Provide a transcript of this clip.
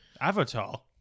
avatar